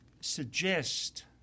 suggest